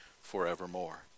forevermore